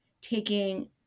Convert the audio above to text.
taking